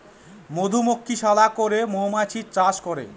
মধুমক্ষিশালা করে মৌমাছি চাষ করে